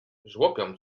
żłopią